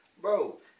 bro